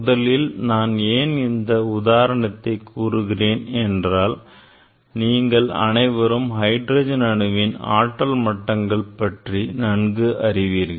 முதலில் நான் ஏன் இந்த உதாரணத்தைக் கூறுகிறேன் என்றால் நீங்கள் அனைவரும் ஹைட்ரஜன் அணுவின் ஆற்றல் மட்டங்கள் பற்றி நன்கு அறிவீர்கள்